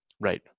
Right